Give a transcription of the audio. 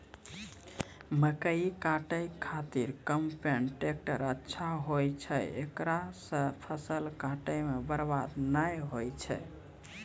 मकई काटै के खातिर कम्पेन टेकटर अच्छा होय छै ऐकरा से फसल काटै मे बरवाद नैय होय छै?